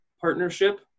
partnership